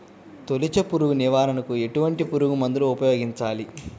తొలుచు పురుగు నివారణకు ఎటువంటి పురుగుమందులు ఉపయోగించాలి?